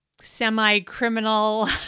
semi-criminal